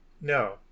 No